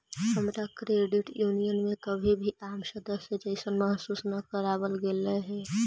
हमरा credit union में कभी भी आम सदस्य जइसन महसूस न कराबल गेलई हल